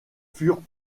furent